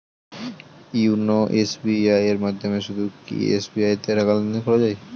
YONO SBI এর মাধ্যমে শুধুই কি এস.বি.আই তে টাকা লেনদেন করা যায়?